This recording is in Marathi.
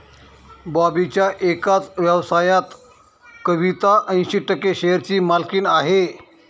बॉबीच्या एकाच व्यवसायात कविता ऐंशी टक्के शेअरची मालकीण आहे